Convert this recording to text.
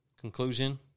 conclusion